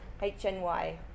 HNY